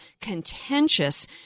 contentious